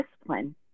discipline